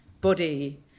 body